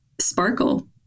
sparkle